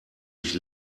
ich